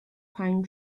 pine